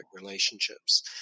relationships